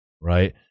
right